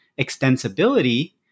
extensibility